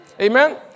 Amen